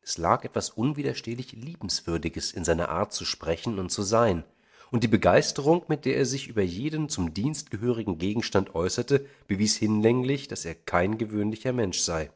es lag etwas unwiderstehlich liebenswürdiges in seiner art zu sprechen und zu sein und die begeisterung mit der er sich über jeden zum dienst gehörigen gegenstand äußerte bewies hinlänglich daß er kein gewöhnlicher mensch sei